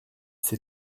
c’est